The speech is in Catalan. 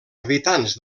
habitants